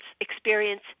experience